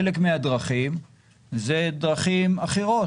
חלק מהדרכים אלו דרכים אחרות.